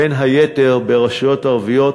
בין היתר ברשויות ערביות".